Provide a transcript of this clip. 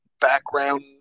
background